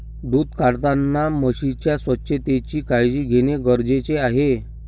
दूध काढताना म्हशीच्या स्वच्छतेची काळजी घेणे गरजेचे आहे